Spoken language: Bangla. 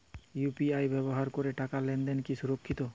ইউ.পি.আই ব্যবহার করে টাকা লেনদেন কি সুরক্ষিত?